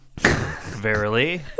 Verily